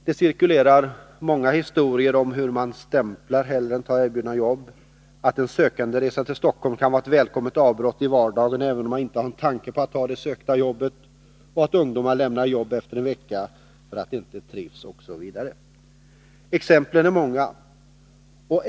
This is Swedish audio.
Det cirkulerar många historier om hur man ”stämplar” hellre än tar erbjudna jobb, att en sökanderesa till Stockholm kan vara ett välkommet avbrott i vardagen, även om man inte har en tanke på att ta det sökta jobbet, att ungdomar lämnar jobb efter en vecka för att de inte trivs osv. Exemplen är många.